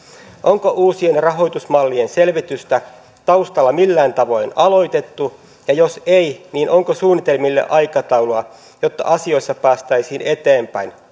onko uusien rahoitusmallien selvitystä taustalla millään tavoin aloitettu ja jos ei niin onko suunnitelmille aikataulua jotta asioissa päästäisiin eteenpäin